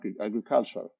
agriculture